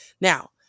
Now